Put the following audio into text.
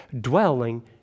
dwelling